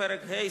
פרק ה',